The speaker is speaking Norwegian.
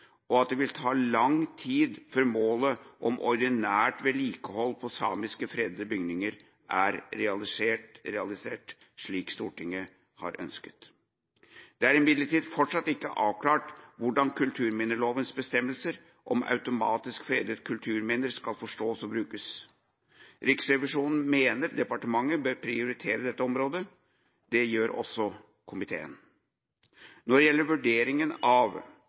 og at det vil ta lang tid før målet om ordinært vedlikehold av samiske fredede bygninger er realisert, slik Stortinget har ønsket. Det er imidlertid fortsatt ikke avklart hvordan kulturminnelovens bestemmelser om automatisk fredede kulturminner skal forstås og brukes. Riksrevisjonen mener departementet bør prioritere dette området. Det gjør også komiteen. Når det gjelder vurderinga av